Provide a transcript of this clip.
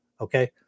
okay